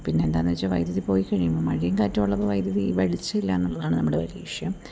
പിന്നെ എന്താണ് വച്ചാൽ വൈദ്യുതി പോയിക്കഴിയുമ്പം മഴയും കാറ്റും ഉള്ളപ്പം വൈദ്യതി വെളിച്ചം ഇല്ല എന്നുള്ളതാണ് നമ്മുടെ വിഷയം